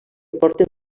porten